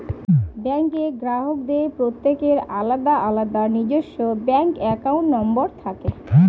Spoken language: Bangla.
ব্যাঙ্কের গ্রাহকদের প্রত্যেকের আলাদা আলাদা নিজস্ব ব্যাঙ্ক অ্যাকাউন্ট নম্বর থাকে